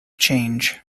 change